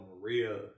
Maria